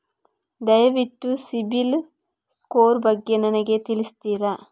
ದಯವಿಟ್ಟು CIBIL score ಬಗ್ಗೆ ನನಗೆ ತಿಳಿಸ್ತಿರಾ?